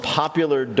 popular